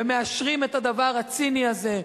ומאשרים את הדבר הציני הזה,